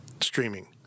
streaming